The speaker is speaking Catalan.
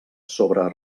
sobre